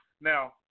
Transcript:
Now